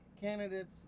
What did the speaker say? Candidates